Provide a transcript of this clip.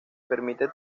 permite